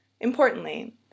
Importantly